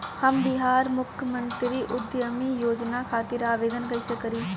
हम बिहार मुख्यमंत्री उद्यमी योजना खातिर आवेदन कईसे करी?